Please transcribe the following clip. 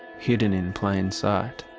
hidden in plain sight.